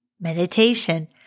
meditation